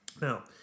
Now